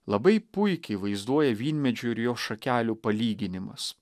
labai puikiai vaizduoja vynmedžio ir jo šakelių palyginimas